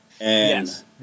Yes